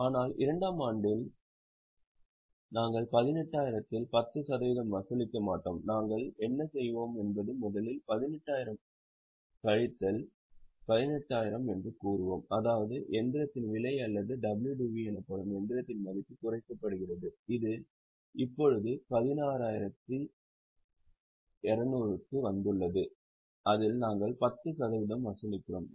ஆனால் 2 ஆம் ஆண்டில் நாங்கள் 18000 இல் 10 சதவிகிதம் வசூலிக்க மாட்டோம் நாங்கள் என்ன செய்வோம் என்பது முதலில் 18000 கழித்தல் 1800 என்று கூறுவோம் அதாவது இயந்திரத்தின் விலை அல்லது WDV எனப்படும் இயந்திரத்தின் மதிப்பு குறைக்கப்படுகிறது இது இப்போது 16200 க்கு வந்துள்ளது அதில் நாங்கள் 10 சதவிகிதம் வசூலிக்கிறோம்